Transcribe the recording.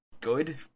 good